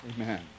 Amen